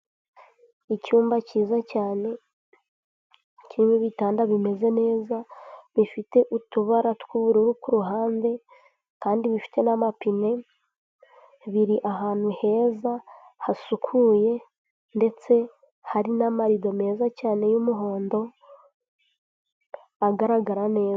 Icyumba cyiza cyane kirimo ibitanda bimeze neza, bifite utubara tw'ubururu ku ruhande kandi bifite n'amapine biri ahantu heza hasukuye ndetse hari n'amarido meza cyane y'umuhondo agaragara neza.